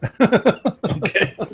Okay